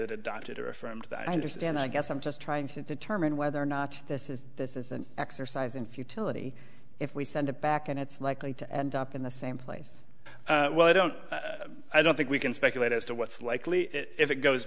that adopted or affirmed that i understand i guess i'm just trying to determine whether or not this is this is an exercise in futility if we send it back and it's likely to end up in the same place well i don't i don't think we can speculate as to what's likely if it goes